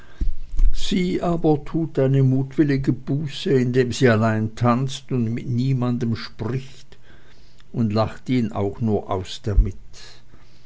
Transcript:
sie aber tut eine mutwillige buße indem sie allein tanzt und mit niemandem spricht und lacht ihn auch nur aus damit